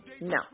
No